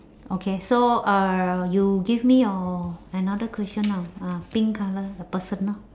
okay so uh you give me your another question ah ah pink colour a personal